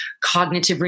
cognitive